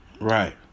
Right